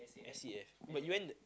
S_A_F but you went the